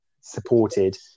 supported